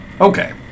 Okay